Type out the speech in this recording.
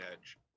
edge